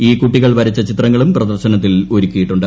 ഈ ക്ടൂട്ടിക്ൾ വരച്ച ചിത്രങ്ങളും പ്രദർശനത്തിൽ ഒരുക്കിയിട്ടുണ്ട്